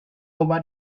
over